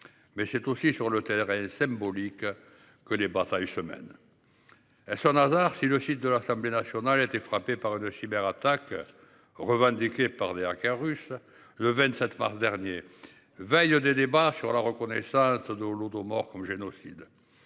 Mais c'est aussi sur le terrain symbolique. Que les batailles semaine. Est-ce un hasard si le site de l'Assemblée nationale a été frappé par de cyber attaque. Revendiquée par des hackers russes le 27 mars dernier, veille des débats sur la reconnaissance de Holodomor comme génocide.